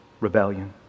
rebellion